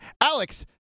Alex